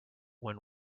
when